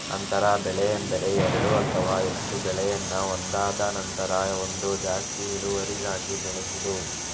ಅಂತರ ಬೆಳೆ ಎಂದರೆ ಎರಡು ಅಥವಾ ಹೆಚ್ಚು ಬೆಳೆಯನ್ನ ಒಂದಾದ ನಂತ್ರ ಒಂದು ಜಾಸ್ತಿ ಇಳುವರಿಗಾಗಿ ಬೆಳೆಸುದು